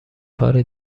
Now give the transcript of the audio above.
کار